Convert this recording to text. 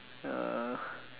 uh